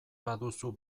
baduzu